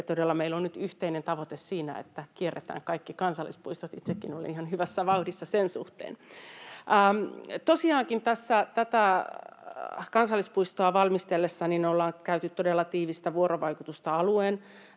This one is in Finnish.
meillä on nyt yhteinen tavoite siinä, että kierretään kaikki kansallispuistot. Itsekin olen ihan hyvässä vauhdissa sen suhteen. Tosiaankin tätä kansallispuistoa valmisteltaessa ollaan käyty todella tiivistä vuorovaikutusta alueen